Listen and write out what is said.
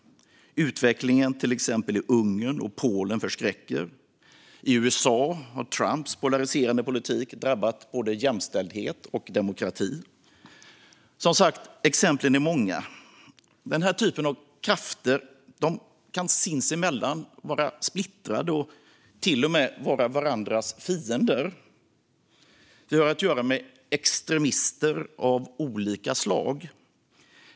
Utvecklingen i till exempel Ungern och Polen förskräcker. I USA har Trumps polariserande politik drabbat både jämställdhet och demokrati. Exemplen är alltså många. Denna typ av krafter kan sinsemellan vara splittrade och till och med vara varandras fiender. Vi har att göra med extremister av olika slag.